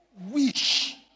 wish